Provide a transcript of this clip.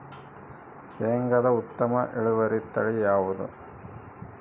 ಶೇಂಗಾದ ಉತ್ತಮ ಇಳುವರಿ ತಳಿ ಯಾವುದು?